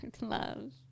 Love